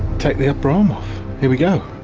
take the upper arm off. here we go!